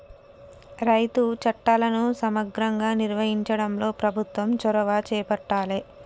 రైతు చట్టాలను సమగ్రంగా నిర్వహించడంలో ప్రభుత్వం చొరవ చేపట్టాలె